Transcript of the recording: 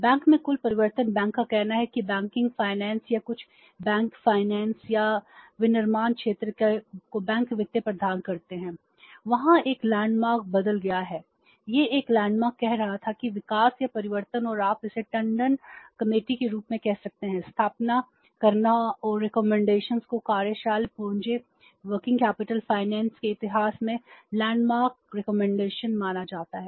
bank में कुल परिवर्तन बैंक का कहना है कि बैंकिंग वित्त के रूप में कह सकते हैं स्थापना करना और सिफारिशों को कार्यशील पूंजी वित्त के इतिहास में लैंडमार्क सिफारिश माना जाता है